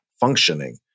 functioning